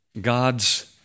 God's